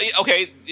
okay